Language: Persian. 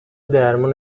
درمون